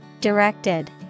Directed